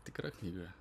tikra knyga